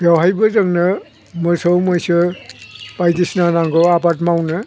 बेवहायबो जोंनो मोसौ मैसो बायदिसिना नांगौ आबाद मावनो